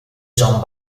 john